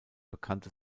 bekannte